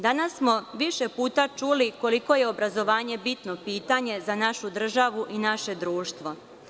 Danas smo više puta čuli koliko je obrazovanje bitno pitanje za našu državu i naše društvo.